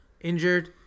injured